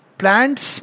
plants